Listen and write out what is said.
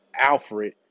Alfred